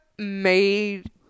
made